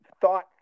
thought